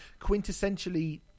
quintessentially